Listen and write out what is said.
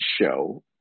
show